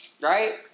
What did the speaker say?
Right